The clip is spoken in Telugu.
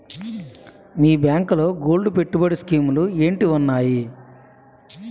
మీ బ్యాంకులో గోల్డ్ పెట్టుబడి స్కీం లు ఏంటి వున్నాయి?